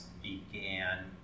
began